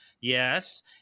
Yes